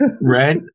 Right